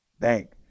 thank